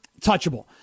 touchable